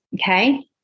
Okay